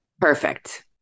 Perfect